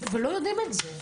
ולא יודעים את זה.